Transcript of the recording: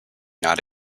not